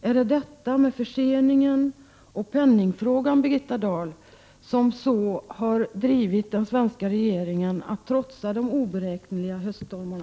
Är det förseningen och penningfrågan, Birgitta Dahl, som har drivit den svenska regeringen att trotsa de oberäkneliga höststormarna?